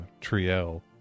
Triel